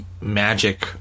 magic